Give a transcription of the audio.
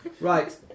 Right